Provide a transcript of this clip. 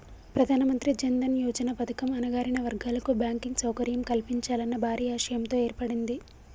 ప్రధానమంత్రి జన్ దన్ యోజన పథకం అణగారిన వర్గాల కు బ్యాంకింగ్ సౌకర్యం కల్పించాలన్న భారీ ఆశయంతో ఏర్పడింది